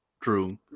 true